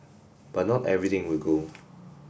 but not everything will go